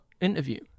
interview